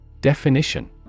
Definition